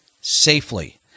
safely